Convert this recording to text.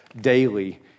daily